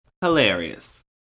Hilarious